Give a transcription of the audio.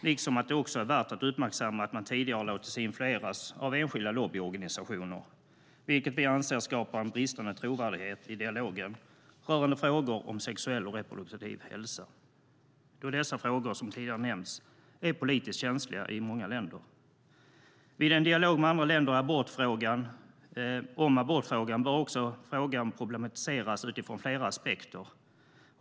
Det är också värt att uppmärksamma att man tidigare har låtit sig influeras av enskilda lobbyorganisationer. Vi anser att det skapar en bristande trovärdighet i dialogen rörande frågor om sexuell och reproduktiv hälsa då dessa frågor, som tidigare nämnts, är politiskt känsliga i många länder. Vid en dialog med andra länder om abortfrågan bör också frågan problematiseras utifrån flera aspekter.